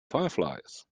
fireflies